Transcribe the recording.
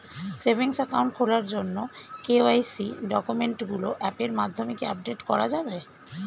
Savings account খোলার জন্য KYC ডকুমেন্টগুলো অ্যাপের মাধ্যমে কি আপডেট করা যাবে?